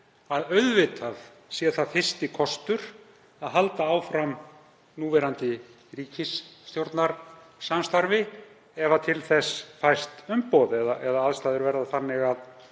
að auðvitað sé það fyrsti kostur að halda áfram núverandi ríkisstjórnarsamstarfi ef til þess fæst umboð eða aðstæður verða þannig að